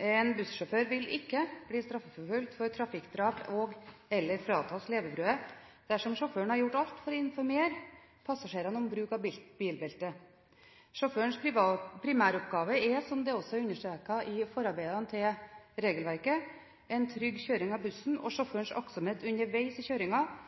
En bussjåfør vil ikke bli straffeforfulgt for trafikkdrap og/eller fratas levebrødet dersom sjåføren har gjort alt for å informere passasjerene om bruk av bilbelte. Sjåførens primæroppgave er, som det også er understreket i forarbeidene til regelverket, en trygg kjøring av bussen. Sjåførens aktsomhet underveis i